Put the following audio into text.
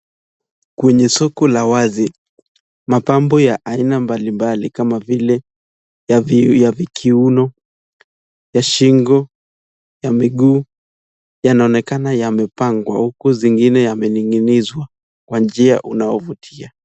Kwenye soko la wazi, mapambo ya aina mbali mbali kama vile, ya vi ki, ya kiuno, ya shingo, ya miguu, yanaonekana yamepangwa huku zingine yameninginizwa kwa njia unayo vutia.